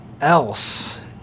else